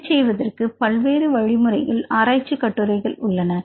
இதைச் செய்வதற்கு பல்வேறு வழிமுறைகள் ஆராய்ச்சிக் கட்டுரைகள் உள்ளன